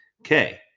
Okay